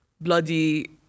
bloody